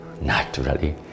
naturally